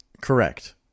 Correct